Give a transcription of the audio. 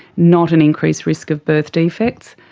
not an increased risk of birth defects.